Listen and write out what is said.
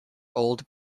old